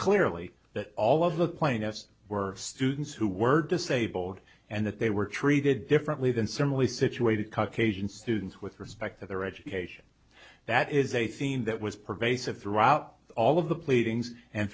clearly that all of the plaintiffs were students who were disabled and that they were treated differently than similarly situated kuk asian students with respect to their education that is a theme that was pervasive throughout all of the pleadings and